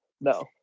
No